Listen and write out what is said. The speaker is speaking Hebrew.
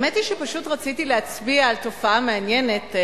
האמת היא שפשוט רציתי להצביע על תופעה מעניינת,